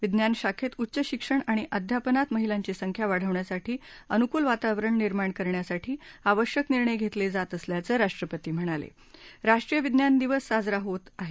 विज्ञान शाखेत उच्च शिक्षण आणि अध्यापनात महिलांची संख्या वाढवण्यासाठी अनुकूल वातावरण निर्माण करण्यासाठी आवश्यक निर्णय घेतले जात असल्याचं राष्ट्रपती म्हणाले राष्ट्रीय विज्ञान दिवस आज साजरा होत आहे